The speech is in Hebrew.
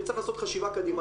נצטרך לעשות חשיבה קדימה.